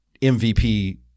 MVP